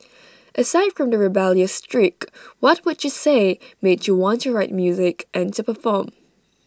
aside from the rebellious streak what would you say made you want to write music and to perform